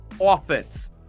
offense